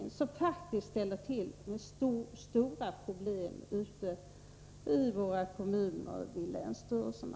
Den ställer faktiskt till med stora problem ute i våra kommuner och i länsstyrelserna.